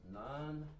none